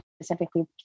specifically